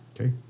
Okay